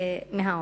מהעוני.